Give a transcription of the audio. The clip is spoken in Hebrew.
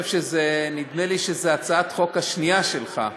נדמה לי שזו הצעת החוק השנייה שלך,